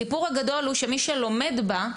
הסיפור הגדול הוא שמי שלומד בה,